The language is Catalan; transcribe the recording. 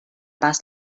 pas